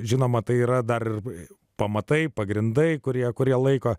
žinoma tai yra darbai pamatai pagrindai kurie kurie laiko